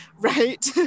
right